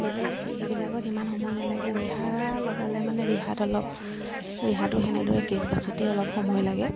বেলেগ সেইবিলাকত সিমান সময় নালাগে ৰিহা লগালে মানে ৰিহাত অলপ ৰিহাটো সেনেদৰে কেঁচ বাচোঁতেই অলপ সময় লাগে